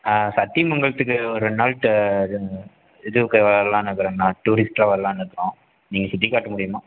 சத்தியமங்கலத்துக்கு ஒரு ரெண்டு நாள்கிட்ட இது இது வரலாம்னு இருக்கிறேங்கண்ணா டூரிஸ்ட்டாக வரலாம்னு இருக்கோம் நீங்கள் சுற்றிக்காட்ட முடியுமா